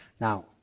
Now